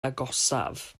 agosaf